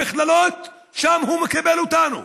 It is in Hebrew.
במכללות שם הוא מקבל אותנו.